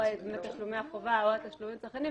או תשלומי החובה או התשלומים הצרכניים,